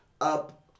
up